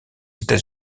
états